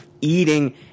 eating